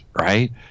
right